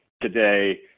today